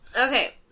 Okay